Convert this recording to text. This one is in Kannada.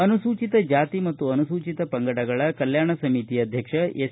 ಅನುಸೂಚಿತ ಜಾತಿ ಮತ್ತು ಅನುಸೂಚಿತ ಪಂಗಡಗಳ ಕಲ್ಕಾಣ ಸಮಿತಿಯ ಅಧ್ಯಕ್ಷ ಎಸ್